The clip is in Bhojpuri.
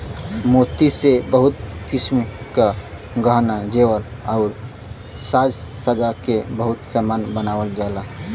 मोती से बहुत किसिम क गहना जेवर आउर साज सज्जा के बहुत सामान बनावल जाला